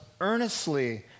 earnestly